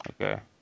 Okay